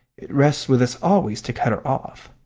it rests with us always to cut her off.